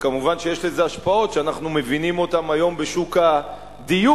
ומובן שיש לזה השפעות שאנחנו מבינים אותן היום בשוק הדיור,